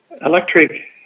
electric